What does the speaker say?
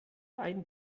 ein